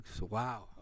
Wow